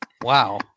Wow